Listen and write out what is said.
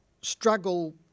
struggle